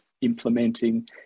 implementing